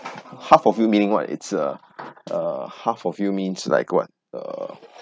half of you meaning what it's uh uh half of you means like what uh